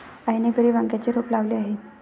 आईने घरी वांग्याचे रोप लावले आहे